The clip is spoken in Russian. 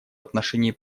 отношении